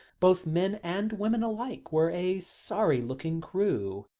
both men and women alike were a sorry-looking crew,